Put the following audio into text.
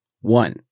One